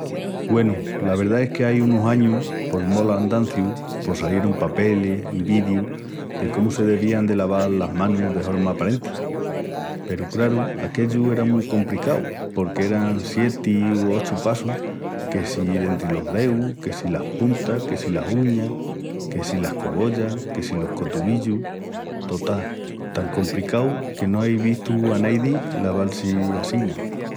Güenu, la verdá es que ai unus añus, por mó'l andanciu pos salierun papelis i i¡vidius de cómu se devían de laval las manus de horma aparenti peru, craru, aquellu era mu compricau porque eran sieti u ochu passus, que si dentri los deus, que si las puntas, que si las uñas, que si las cogollas, que si los cotuvillus,... Total, tan compricau que no ei vistu a naidi laval-si assina.